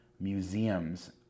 museums